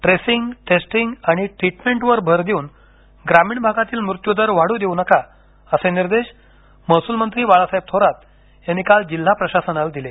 tracing testing आणि ट्रीटमेंटवर भर देऊन ग्रामीण भागातील मृत्यूदर वाढू देऊ नका असे निर्देश महसूलमंत्री बाळासाहेब थोरात यांनी काल जिल्हा प्रशासनाला दिले